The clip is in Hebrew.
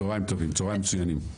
צהריים טובים, צהריים מצוינים.